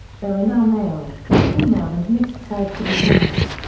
there are now male, female and mixed sides to be found.